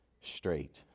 straight